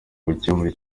gukemura